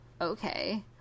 Okay